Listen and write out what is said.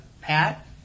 Pat